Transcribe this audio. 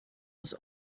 was